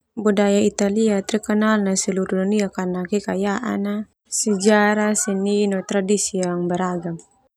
Budaya Italia terkenal nai seluruh dunia karena kekayaan na, sejarah, seni no tradisi yang beragam.